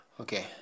Okay